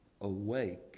Awake